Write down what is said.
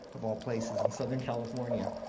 of all places, in southern california.